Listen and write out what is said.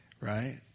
right